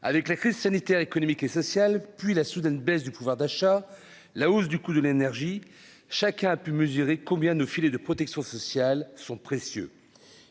avec la crise sanitaire, économique et social, puis la soudaine baisse du pouvoir d'achat, la hausse du coût de l'énergie, chacun a pu mesurer combien de filet de protection sociale sont précieux,